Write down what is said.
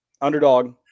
Underdog